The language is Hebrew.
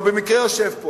הוא במקרה יושב פה,